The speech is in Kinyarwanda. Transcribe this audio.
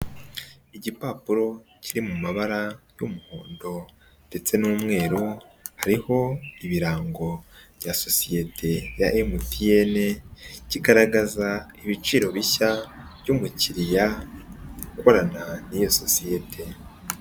Igipapuro kiri mu mabara y'umuhondo ndetse n'umweru, hariho ibirango bya sosiyete ya MTN, kigaragaza ibiciro bishya by'umukiriya, ukorana n'iyo sosiyete.